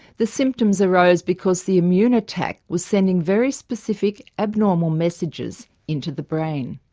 the symptoms arose because the immune attack was sending very specific abnormal messages into the brain.